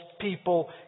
people